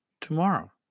tomorrow